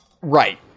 Right